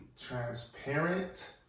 transparent